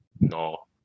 No